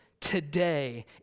today